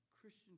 Christian